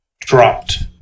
dropped